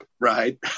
right